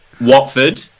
Watford